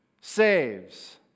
saves